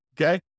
Okay